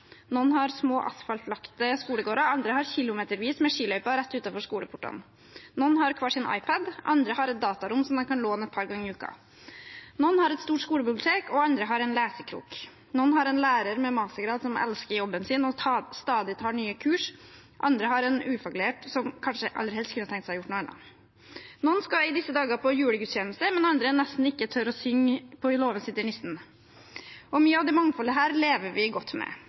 Noen har små, asfaltlagte skolegårder, andre har kilometervis med skiløyper rett utenfor skoleporten. Noen har hver sin iPad, andre har et datarom som man kan låne et par ganger i uka. Noen har et stort skolebibliotek, og andre har en lesekrok. Noen har en lærer med mastergrad som elsker jobben sin og stadig tar nye kurs. Andre har en ufaglært som kanskje aller helst kunne tenke seg å gjøre noe annet. Noen skal i disse dager på julegudstjeneste, mens andre nesten ikke tør å synge «På låven sitter nissen». Mye av dette mangfoldet lever vi godt med.